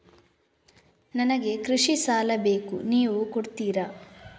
ನನಗೆ ಕೃಷಿ ಸಾಲ ಬೇಕು ನೀವು ಕೊಡ್ತೀರಾ?